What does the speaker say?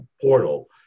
portal